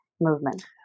movement